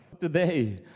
Today